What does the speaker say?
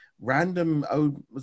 random